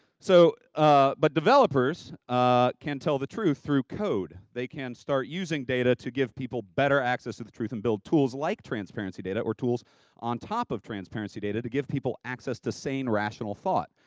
so ah but developers ah can tell the truth through code. they can start using data to give people better access to the truth and build tools like for transparency data or tools on top of transparency data to give people access the sane, rational thought.